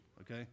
okay